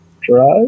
drive